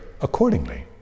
accordingly